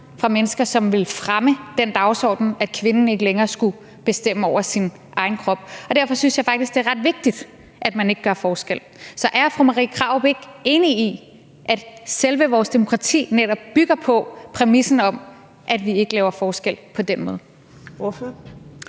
fra mennesker, som vil fremme den dagsorden, at kvinden ikke længere skulle bestemme over sin egen krop. Derfor synes jeg faktisk, det er ret vigtigt, at man ikke gør forskel. Så er fru Marie Krarup ikke enig i, at selve vores demokrati netop bygger på præmissen om, at vi ikke gør forskel på den måde?